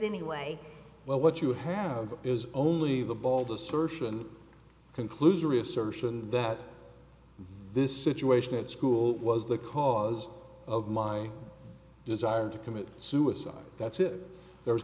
anyway well what you have is only the bald assertion conclusory assertion that this situation at school was the cause of my desire to commit suicide that's it there was